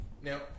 Now